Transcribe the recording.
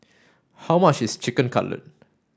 how much is Chicken Cutlet